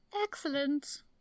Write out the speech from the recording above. excellent